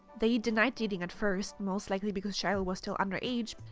they denied dating at first, most likely because shiloh was still underage,